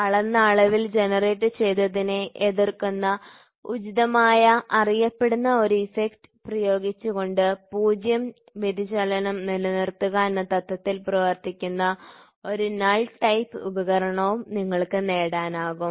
അളന്ന അളവിൽ ജനറേറ്റുചെയ്തതിനെ എതിർക്കുന്ന ഉചിതമായ അറിയപ്പെടുന്ന ഒരു ഇഫക്റ്റ് പ്രയോഗിച്ചുകൊണ്ട് 0 വ്യതിചലനം നിലനിർത്തുക എന്ന തത്വത്തിൽ പ്രവർത്തിക്കുന്ന ഒരു നൾ ടൈപ്പ് ഉപകരണവും നിങ്ങൾക്ക് നേടാനാകും